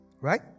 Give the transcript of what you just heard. Right